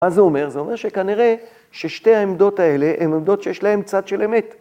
מה זה אומר? זה אומר שכנראה ששתי העמדות האלה הן עמדות שיש להן צד של אמת.